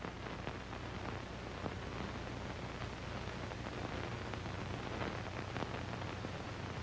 as